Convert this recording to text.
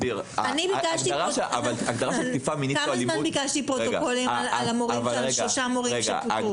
כמה זמן ביקשתי פרוטוקולים על שלושה מורים שפיטרו?